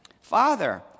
Father